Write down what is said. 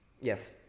Yes